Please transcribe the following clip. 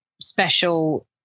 special